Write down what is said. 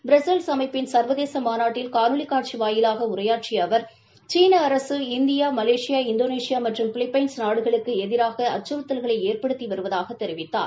Brussels அமைப்பின் சா்வதேச மாநாட்டல் காணொலி காட்சி வாயிலாக உரையாற்றிய அவா் சீளா அரசு இந்தியா மலேசியா இந்தோனேஷியா மற்றும பிலிப்பைன்னஸ் நாடுகளுக்கு எதிராக அச்சுறுத்தல்களை ஏற்படுத்தி வருவதாகத் தெரிவித்தார்